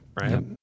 Right